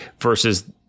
versus